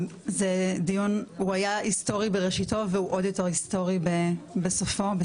הדיון היה היסטורי בראשיתו והוא עוד יותר היסטורי בסיומו.